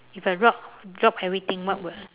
if I drop drop everything what will